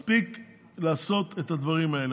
מספיק לעשות את הדברים האלה.